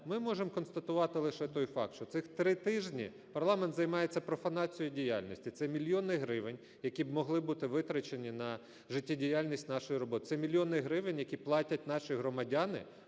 ми можемо констатувати лише той факт, що цих три тижні парламент займається профанацією діяльності. Це мільйони гривень, які б могли бути витрачені на життєдіяльність… нашої роботи, це мільйони гривень, які платять наші громадяни